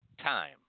time